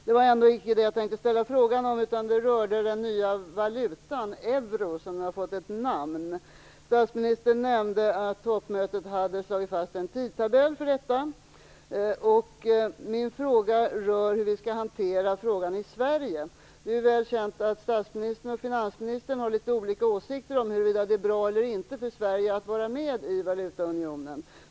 Det var inte det jag tänkte ställa frågan om, utan det rör den nya valutan, euro, som alltså har fått ett namn. Statsministern nämnde att toppmötet hade slagit fast en tidtabell, och min fråga rör hur vi skall hantera detta i Sverige. Det är väl känt att statsministern och finansministern har litet olika åsikter om huruvida det är bra eller inte för Sverige att vara med i valutaunionen.